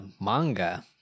manga